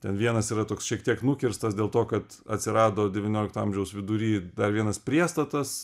ten vienas yra toks šiek tiek nukirstas dėl to kad atsirado devyniolikto amžiaus vidury dar vienas priestatas